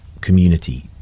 community